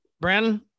Brandon